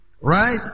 Right